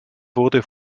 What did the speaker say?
wurde